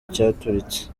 cyaturitse